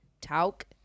talk